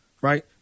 right